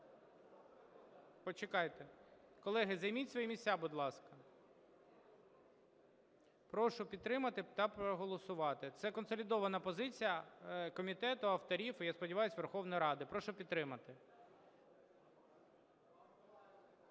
Почекайте. Колеги, займіть свої місця, будь ласка. Прошу підтримати та проголосувати. Це консолідована позиція комітету, авторів і, я сподіваюся, Верховної Ради. Прошу підтримати.